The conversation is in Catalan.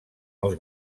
els